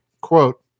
quote